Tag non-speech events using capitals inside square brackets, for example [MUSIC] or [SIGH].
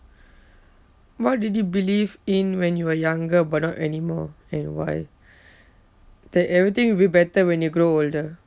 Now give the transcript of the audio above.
what did you believe in when you were younger but not anymore and why [BREATH] that everything will be better when you grow older